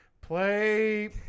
Play